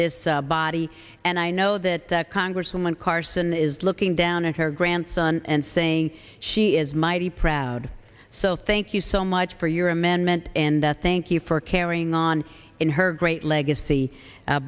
this body and i know that congresswoman carson is looking down at her grandson and saying she is mighty proud so thank you so much for your amendment and thank you for carrying on in her great legacy